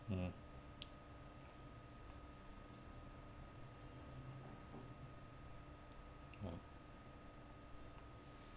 mmhmm ya